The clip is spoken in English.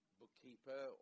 bookkeeper